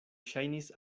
ŝajnis